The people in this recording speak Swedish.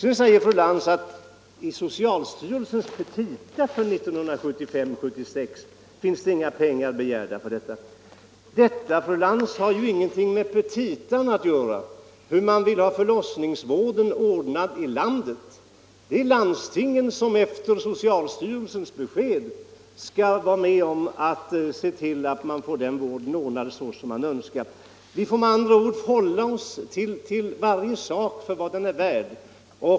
I socialstyrelsens petita för 1975/76 finns det inga pengar begärda för förlossningsvården, säger fru Lantz. Hur man vill ha förlossningsvården ordnad i landet har ingenting med petitan att göra. Det är landstingen som efter socialstyrelsens besked skall se till att vården ordnas så som man önskar. Vi får med andra ord ta var sak för vad den är värd.